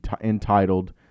entitled